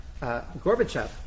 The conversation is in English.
Gorbachev